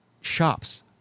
shops